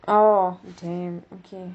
oh damn okay